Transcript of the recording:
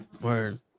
Word